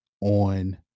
on